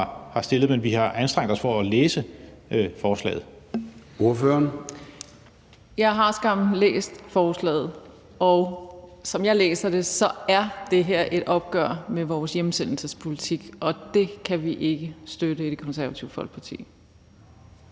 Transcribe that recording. Brigitte Klintskov Jerkel (KF): Jeg har skam læst forslaget, og som jeg læser det, er det her er et opgør med vores hjemsendelsespolitik, og det kan vi ikke støtte i Det Konservative Folkeparti.